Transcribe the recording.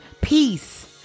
Peace